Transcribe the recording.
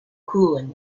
cooling